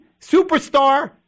Superstar